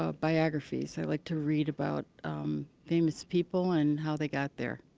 ah biographies. i like to read about famous people and how they got there.